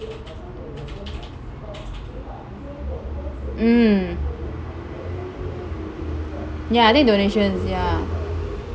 mm ya I think donations ya